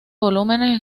volúmenes